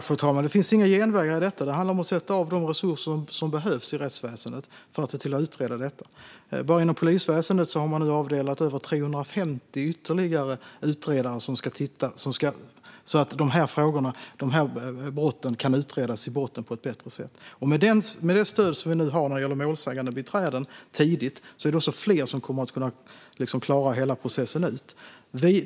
Fru talman! Det finns inga genvägar i detta. Det handlar om att sätta av de resurser som behövs i rättsväsendet för att utreda detta. Bara inom polisväsendet har man nu avdelat över 350 ytterligare utredare så att dessa brott kan utredas i botten på ett bättre sätt. Med det stöd vi nu har när det gäller målsägandebiträden tidigt är det också fler som kommer att klara hela processen ut.